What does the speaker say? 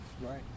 Right